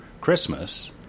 Christmas